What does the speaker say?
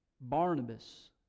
Barnabas